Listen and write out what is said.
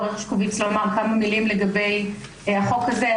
הרשקוביץ לומר כמה מילים לגבי החוק הזה.